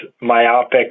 myopic